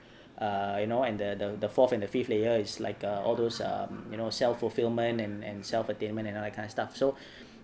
uh you know and the the the fourth and the fifth layer is like uh all those um you know self fulfillment and and self attainment and all that kind of stuff so